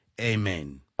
Amen